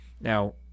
Now